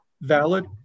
valid